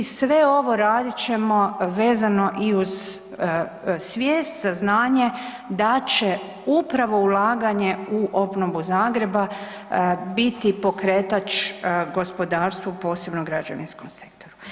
Sve ovo radit ćemo vezano i uz svijest, saznanje da će upravo ulaganje u obnovu Zagreba biti pokretač gospodarstvu, posebno građevinskom sektoru.